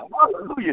Hallelujah